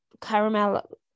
caramel